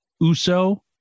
Uso